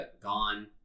gone